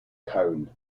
cone